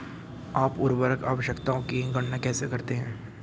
आप उर्वरक आवश्यकताओं की गणना कैसे करते हैं?